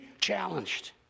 challenged